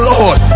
Lord